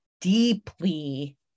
deeply